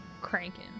cranking